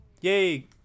Yay